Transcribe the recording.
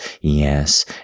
yes